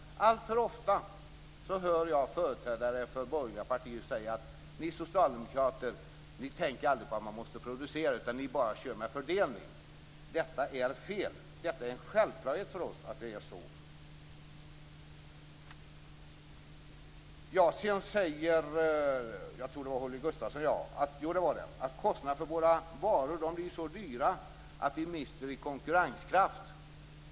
Alltför ofta hör jag företrädare för borgerliga partier säga: Ni socialdemokrater tänker aldrig på att man måste producera, utan ni bara kör med fördelning. Detta är fel. Det är en självklarhet för oss att det är så. Holger Gustafsson sade att kostnaderna för våra varor är så höga att vi mister i konkurrenskraft.